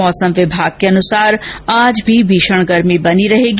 मौसम विभाग के अनुसार आज भी भीषण गर्मी बनी रहेगी